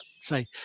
say